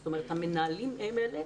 זאת אומרת, המנהלים הם אלה